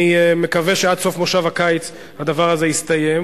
אני מקווה שעד סוף מושב הקיץ הדבר הזה יסתיים.